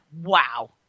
wow